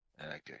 Okay